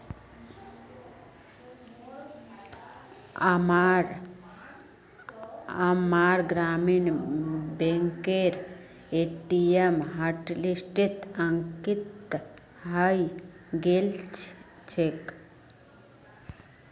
अम्मार ग्रामीण बैंकेर ए.टी.एम हॉटलिस्टत अंकित हइ गेल छेक